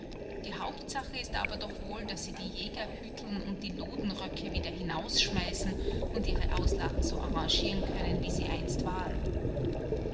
die hauptsache ist aber doch wohl daß sie die jagerhütln und die lodenröcke wieder hinausschmeißen und ihre auslagen so arrangieren können wie sie einst waren